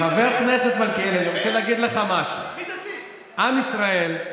מי דתי,